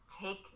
take